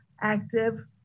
active